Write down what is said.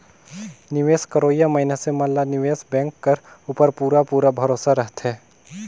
निवेस करोइया मइनसे मन ला निवेस बेंक कर उपर पूरा पूरा भरोसा रहथे